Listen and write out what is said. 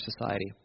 society